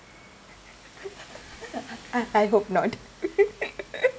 I I hope not